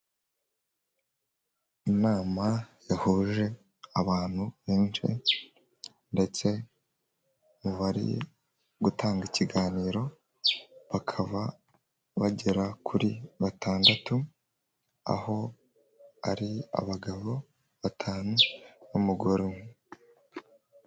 Inama yahuje abantu benshi ndetse mu bari gutanga ikiganiro bakaba bagera kuri batandatu, aho ari abagabo batanu n'umugore umwe.